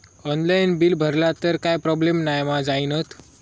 Online bill भरला तर काय प्रोब्लेम नाय मा जाईनत?